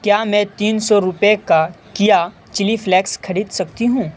کیا میں تین سو روپئے کا کیا چلی فلیکس خرید سکتی ہوں